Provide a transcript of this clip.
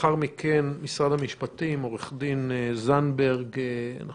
לאחר מכן עורך-הדין זנדברג ממשרד המשפטים,